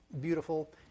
beautiful